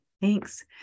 Thanks